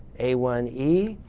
a one e.